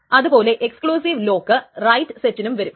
അത് പോലെ exclusive lock write സെറ്റിനു വരും